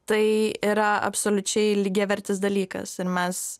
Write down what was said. tai yra absoliučiai lygiavertis dalykas ir mes